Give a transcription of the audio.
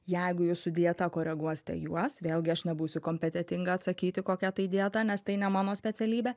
jeigu jūs su dieta koreguosite juos vėlgi aš nebūsiu kompetetinga atsakyti kokia tai dieta nes tai ne mano specialybė